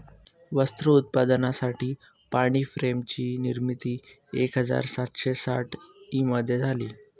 वस्त्र उत्पादनासाठी पाणी फ्रेम ची निर्मिती एक हजार सातशे साठ ई मध्ये झाली